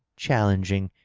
challenging,